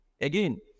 Again